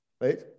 Right